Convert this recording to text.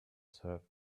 serve